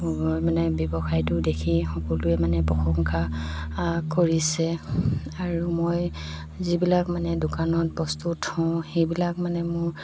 মানে ব্যৱসায়টো দেখি সকলোৱে মানে প্ৰশংসা কৰিছে আৰু মই যিবিলাক মানে দোকানত বস্তু থওঁ সেইবিলাক মানে মোৰ